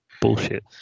bullshit